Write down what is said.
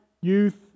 youth